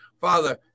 Father